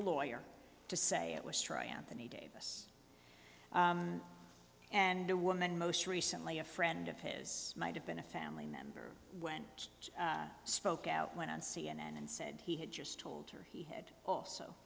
a lawyer to say it was try anthony davis and the woman most recently a friend of his might have been a family member when i spoke out went on c n n and said he had just told her he had also